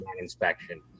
inspection